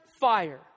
fire